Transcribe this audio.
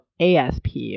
ASP